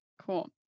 Cool